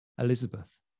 Elizabeth